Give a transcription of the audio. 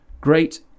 Great